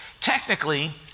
technically